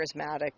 charismatic